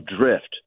drift